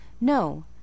No